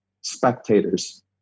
spectators